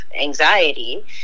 anxiety